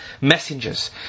messengers